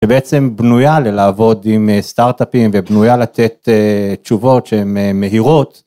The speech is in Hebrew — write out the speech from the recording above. בעצם בנויה ללעבוד עם סטארטאפים ובנויה לתת תשובות שהן מהירות.